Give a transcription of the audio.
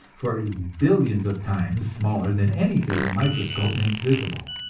for it is billions of times smaller than anything the microscope makes visible